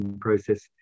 process